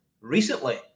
recently